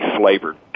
flavored